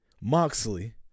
moxley